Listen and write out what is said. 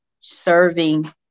serving